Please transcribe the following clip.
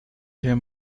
him